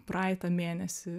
praeitą mėnesį